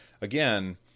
again